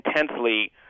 intensely